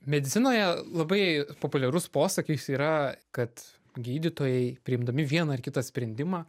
medicinoje labai populiarus posakis yra kad gydytojai priimdami vieną ar kitą sprendimą